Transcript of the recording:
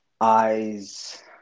eyes